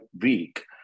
week